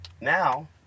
Now